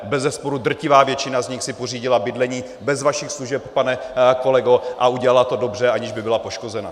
Bezesporu drtivá většina z nich si pořídila bydlení bez vašich služeb, pane kolego, a udělala to dobře, aniž by byla poškozena.